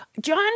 John